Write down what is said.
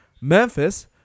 Memphis